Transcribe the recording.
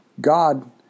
God